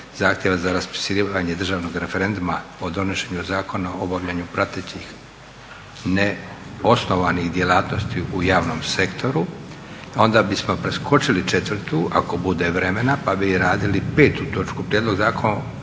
za raspisivanje državnog referenduma o donošenju Zakon o obavljaju pratećih i neosnovanih djelatnosti u javnom sektoru, onda bismo preskočili 4., ako bude vremena pa bi radili 5. točku Prijedlog Zakona